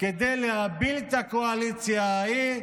כדי להפיל את הקואליציה ההיא,